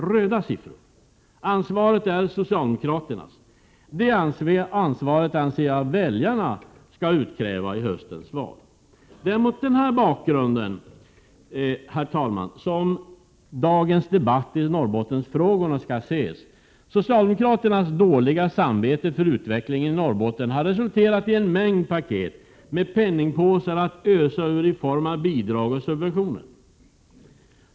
Ansvaret är socialdemokraternas. Det ansvaret anser jag att väljarna skall utkräva i höstens val. Det är mot denna bakgrund som dagens debatt i Norrbottensfrågorna skall ses. Socialdemokraternas dåliga samvete för utvecklingen i Norrbotten har resulterat i en mängd ”paket” med penningpåsar att ösa ur i form av bidrag och subventioner.